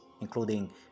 including